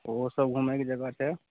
ओहो सभ घुमैके जगह छै